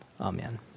Amen